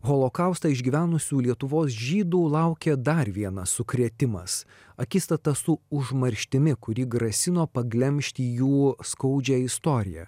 holokaustą išgyvenusių lietuvos žydų laukė dar vienas sukrėtimas akistata su užmarštimi kuri grasino paglemžti jų skaudžią istoriją